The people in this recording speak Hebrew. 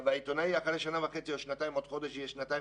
והעיתונאי אחרי שנה וחצי או שנתיים עוד חודש יהיה בדיוק שנתיים